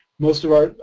most of our,